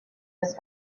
his